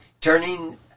turning